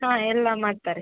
ಹಾಂ ಎಲ್ಲ ಮಾಡ್ತಾರೆ